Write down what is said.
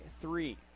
three